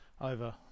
over